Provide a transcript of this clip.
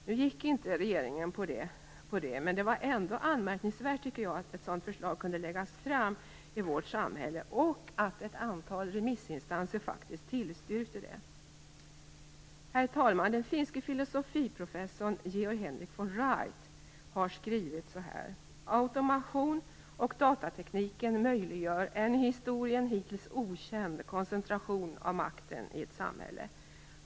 Nu gick inte regeringen på den linjen, men jag tycker ändå att det var anmärkningsvärt att ett sådant förslag kunde läggas fram i vårt samhälle och att ett antal remissinstanser faktiskt tillstyrkte det. Herr talman! Den finske filosofiprofessorn Georg Henrik von Wright har skrivit så här: "Automationsoch datatekniken möjliggör en i historien hittills okänd koncentration av makten i ett samhälle.